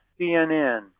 CNN